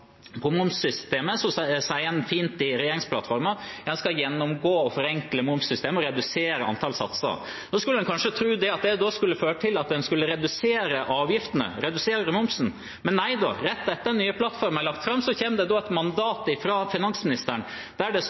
på momssystemet, sies det fint at en skal gjennomgå og forenkle momssystemet og redusere antall satser. Da skulle en kanskje tro at det skulle føre til at en reduserer avgiftene, reduserer momsen. Men nei, rett etter at den nye plattformen er lagt fram, kommer et mandat fra finansministeren der